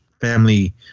family